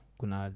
kuna